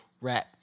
rap